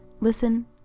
listen